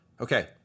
Okay